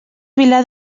vilar